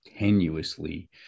tenuously